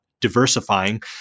diversifying